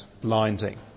blinding